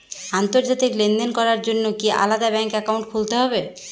আন্তর্জাতিক লেনদেন করার জন্য কি আলাদা ব্যাংক অ্যাকাউন্ট খুলতে হবে?